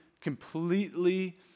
completely